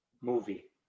movie